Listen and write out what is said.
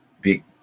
big